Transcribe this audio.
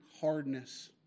hardness